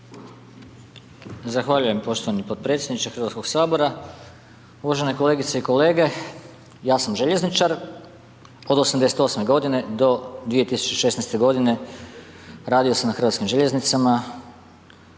Zahvaljujem poštovani potpredsjedniče Hrvatskog sabora. Uvažene kolegice i kolege, ja sam željezničar od '88. g. do 2016. g., radio sam na Hrvatskim željeznicama,